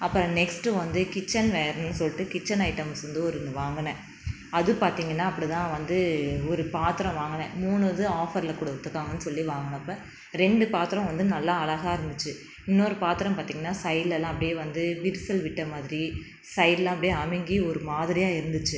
அப்புறம் நெக்ஸ்ட்டு வந்து கிச்சன்வேர்னு சொல்லிட்டு கிச்சன் ஐட்டம்ஸ் வந்து ஒன்று வாங்கினேன் அது பார்த்திங்கனா அப்படி தான் வந்து ஒரு பாத்திரம் வாங்கினேன் மூணு இது ஆஃபரில் கொடுத்துருக்காங்கனு சொல்லி வாங்கினப்ப ரெண்டு பாத்திரம் வந்து நல்லா அழகாக இருந்துச்சு இன்னொரு பாத்திரம் பார்த்திங்கனா சைடுலலாம் அப்படியே வந்து விரிசல் விட்ட மாதிரி சைடில் அப்படியே அமுங்கி ஒரு மாதிரியாக இருந்துச்சு